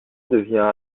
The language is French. devient